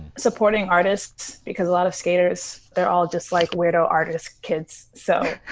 supporting artists, because a lot of skaters, they're all just like weirdo, artists kids. so,